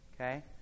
Okay